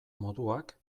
moduak